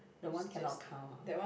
the one cannot count lah